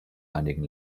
einigen